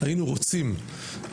היינו רוצים,